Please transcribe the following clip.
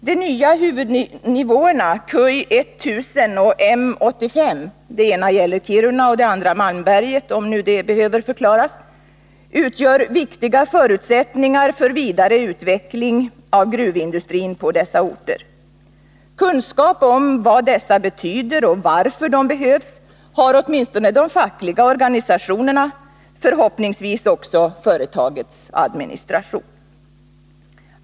De nya huvudnivåerna Kuj 1 000 och M/85 — det ena gäller Kiruna och det andra Malmberget, om nu det behöver förklaras — utgör viktiga förutsättningar för vidare utveckling av gruvindustrin på dessa orter. Kunskap om vad dessa betyder och varför de behövs har åtminstone de fackliga organisationerna, förhoppningsvis också företagets administration.